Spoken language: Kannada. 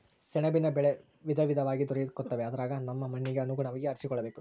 ಸೆಣಬಿನ ಬೆಳೆ ವಿವಿಧವಾಗಿ ದೊರಕುತ್ತವೆ ಅದರಗ ನಮ್ಮ ಮಣ್ಣಿಗೆ ಅನುಗುಣವಾಗಿ ಆರಿಸಿಕೊಳ್ಳಬೇಕು